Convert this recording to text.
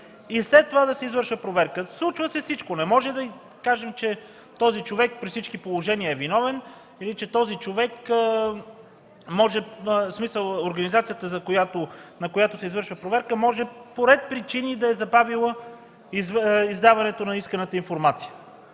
и след това да се извършва проверка. Всичко се случва. Не можем да кажем, че този човек при всички положения е виновен. Или организацията, на която се извършва проверка, може по ред причини да е забавила издаването на исканата информация.